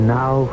now